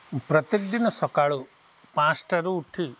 ପ୍ରତ୍ୟେକ ଦିନ ସକାଳୁ ପାଞ୍ଚଟାରୁ ଉଠି